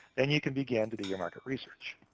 then you can begin to do your market research.